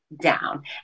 down